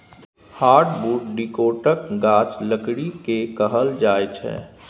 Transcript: hardwood डिकौटक गाछक लकड़ी केँ कहल जाइ छै